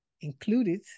Included